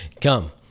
come